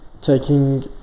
taking